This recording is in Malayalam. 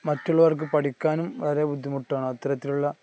മറ്റുള്ളവർക്കു പഠിക്കാനും വളരെ ബുദ്ധിമുട്ടാണ് അത്തരത്തിലുള്ള